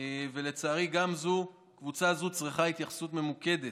ולצערי גם קבוצה זו צריכה התייחסות ממוקדת,